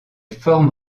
forme